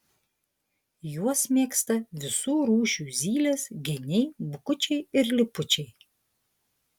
juos mėgsta visų rūšių zylės geniai bukučiai ir lipučiai